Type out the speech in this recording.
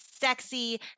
sexy